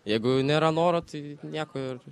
jeigu nėra noro tai nieko ir